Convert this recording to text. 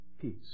peace